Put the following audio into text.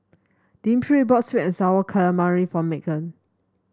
Dimitri bought sweet and sour calamari for Meghan